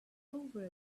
over